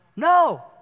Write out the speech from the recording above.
No